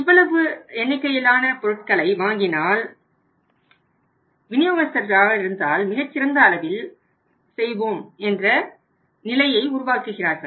இவ்வளவு எண்ணிக்கையிலான பொருட்களை வாங்கினால் விநியோகஸ்தராக இருந்தால் மிகச்சிறந்த அளவில் செய்வோம் என்ற நிலையை உருவாக்குகிறார்கள்